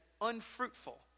unfruitful